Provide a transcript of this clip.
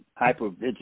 hypervigilance